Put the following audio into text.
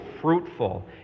fruitful